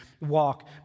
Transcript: Walk